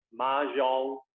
Mahjong